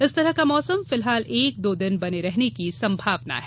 इस तरह का मौसम फिलहाल एक दो दिन बने रहने की संभावना है